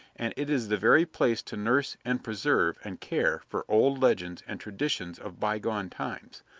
and it is the very place to nurse, and preserve, and care for old legends and traditions of bygone times,